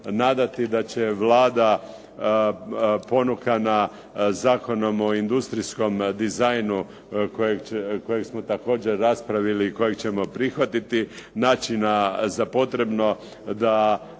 da će Vlada ponukana Zakonom o industrijskom dizajnu kojeg smo također raspravili i kojeg ćemo prihvatiti naći za potrebno da